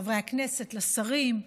לחברי הכנסת, לשרים,